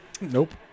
Nope